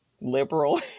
liberal